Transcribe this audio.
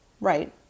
right